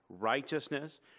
righteousness